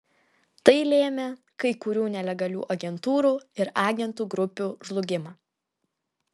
tai lėmė kai kurių nelegalių agentūrų ir agentų grupių žlugimą